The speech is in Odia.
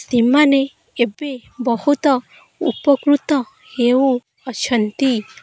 ସେମାନେ ଏବେ ବହୁତ ଉପକୃତ ହେଉଅଛନ୍ତି